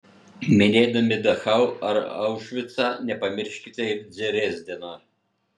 minėdami dachau ar aušvicą nepamirškime ir drezdeno